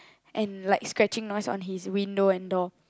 and like scratching noise on his window and door